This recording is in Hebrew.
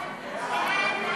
אם כן,